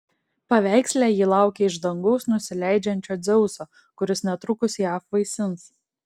paveiksle ji laukia iš dangaus nusileidžiančio dzeuso kuris netrukus ją apvaisins